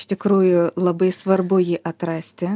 iš tikrųjų labai svarbu jį atrasti